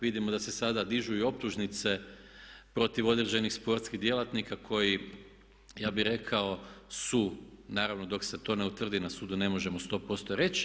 Vidimo da se sada dižu i optužnice protiv određenih sportskih djelatnika koji ja bih rekao su, naravno dok se to ne utvrdi na sudu ne možemo sto posto reći.